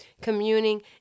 communing